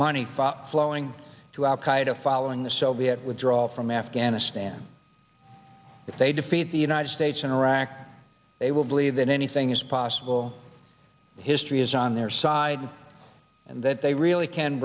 money flowing to al qaeda following the soviet withdrawal from afghanistan if they defeat the united states in iraq they will believe that anything is possible that history is on their side and that they really can